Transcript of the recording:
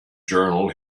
journal